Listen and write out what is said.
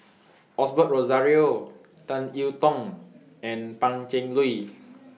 Osbert Rozario Tan I Tong and Pan Cheng Lui